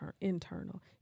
internal